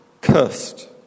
cursed